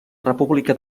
república